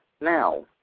Now